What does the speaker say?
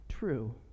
True